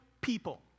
people